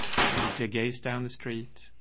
she'll dig a's down the street.